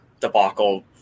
debacle